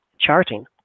charting